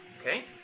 Okay